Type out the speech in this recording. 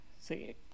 See